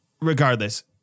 regardless